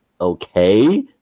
okay